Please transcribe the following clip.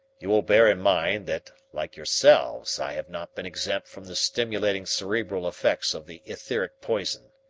you will bear in mind that, like yourselves, i have not been exempt from the stimulating cerebral effects of the etheric poison.